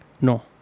No